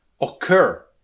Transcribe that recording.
occur